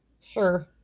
Sure